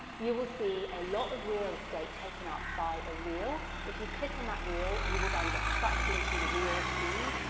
you will see a lot of real estate taken up by a reel. if you click on that reel you will then get sucked into the reels feed.